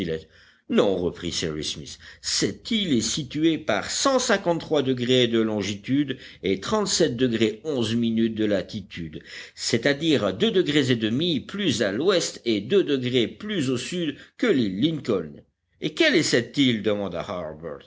cyrus smith cette île est située par degrés de longitude et de latitude c'est-à-dire à deux degrés et demi plus à l'ouest et deux degrés plus au sud que l'île lincoln et quelle est cette île demanda